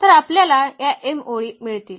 तर आपल्याला या m ओळी मिळतील